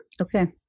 Okay